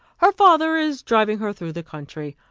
her father is driving her through the country.